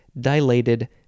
dilated